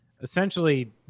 essentially